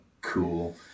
Cool